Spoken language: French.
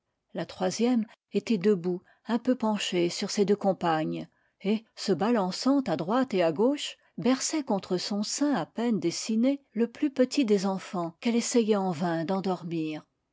la troisième était debout un peu penchée sur ses deux compagnes et se balançant à droite et à gauche berçait contre son sein à peine dessiné le plus petit des enfans qu'elle essayait en vain d'endormir